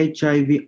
HIV